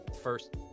first